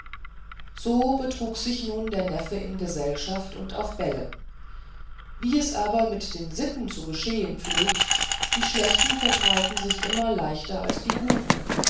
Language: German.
so betrug sich nun der neffe in gesellschaft und auf bällen wie es aber mit den sitten zu geschehen pflegt die schlechten verbreiten sich immer leichter als die guten